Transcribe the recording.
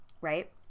Right